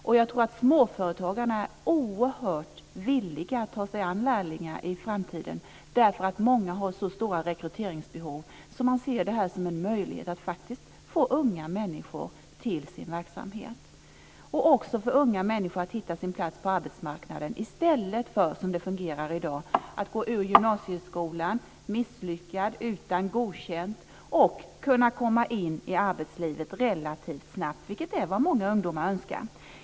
Och jag tror att småföretagarna är oerhört villiga att ta sig an lärlingar i framtiden, därför att många har så stora rekryteringsbehov att de ser detta som en möjlighet att faktiskt få unga människor till sin verksamhet. Det är också en möjlighet för unga människor att hitta sin plats på arbetsmarknaden - i stället för att som det fungerar i dag gå ur gymnasieskolan misslyckad utan godkända betyg - och kunna komma in i arbetslivet relativt snabbt, vilket är vad många ungdomar önskar.